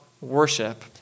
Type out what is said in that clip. worship